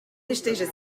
esteja